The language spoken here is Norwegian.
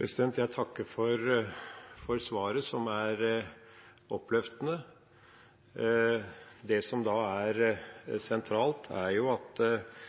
Jeg takker for svaret, som er oppløftende. Det som er sentralt, er